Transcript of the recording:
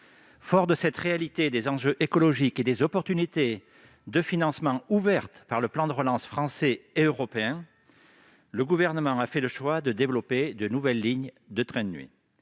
Fort de cette réalité, des enjeux écologiques et des opportunités de financement ouvertes par les plans de relance français et européen, le Gouvernement a fait le choix de développer de nouvelles lignes de trains de nuit.